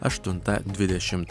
aštuntą dvidešimt